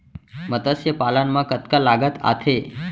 मतस्य पालन मा कतका लागत आथे?